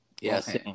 Yes